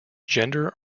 gender